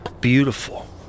beautiful